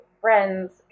friends